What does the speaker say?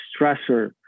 stressor